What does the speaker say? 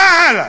מה הלאה?